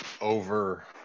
over